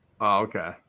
okay